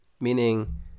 meaning